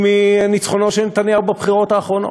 מניצחונו של נתניהו בבחירות האחרונות.